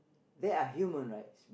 they are human rights